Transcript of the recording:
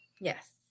Yes